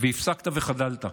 והפסקת וחדלת.